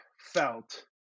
felt